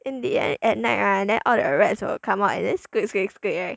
in the end at night right and then all the rats will come out and squeak squeak squeak right